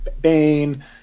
bane